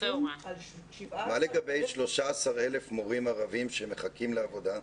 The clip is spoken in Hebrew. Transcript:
מה לגבי 13,000 מורים ערבים שמחכים לעבודה?